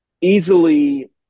easily